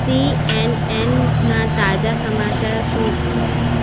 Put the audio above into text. સીએનએનના તાજા સમાચાર શું છે